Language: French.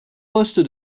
poste